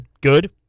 good